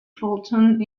fulton